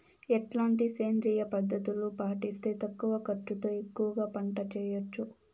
ఎట్లాంటి సేంద్రియ పద్ధతులు పాటిస్తే తక్కువ ఖర్చు తో ఎక్కువగా పంట చేయొచ్చు?